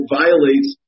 violates